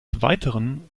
weiteren